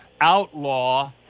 outlaw